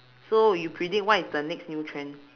so you predict what is the next new trend